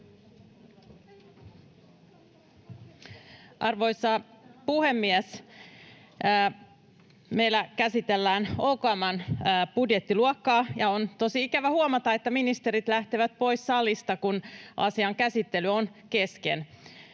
Arvoisa puhemies! Meillä käsitellään OKM:n budjettiluokkaa, ja on tosi ikävä huomata, että ministerit lähtevät pois salista, kun asian käsittely on kesken.